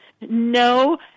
No